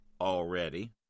already